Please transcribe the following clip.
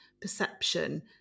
perception